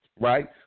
Right